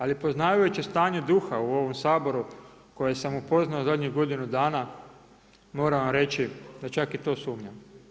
Ali poznavajući stanje duha u ovom Saboru koje sam upoznao zadnjih godinu dana moram vam reći da čak i to sumnjam.